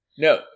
No